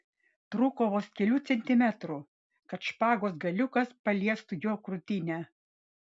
trūko vos kelių centimetrų kad špagos galiukas paliestų jo krūtinę